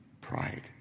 pride